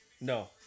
No